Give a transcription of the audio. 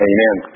Amen